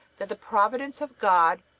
that the providence of god,